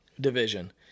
division